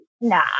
Nah